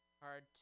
Hard